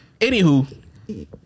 anywho